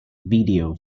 video